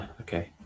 Okay